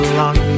long